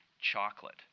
chocolate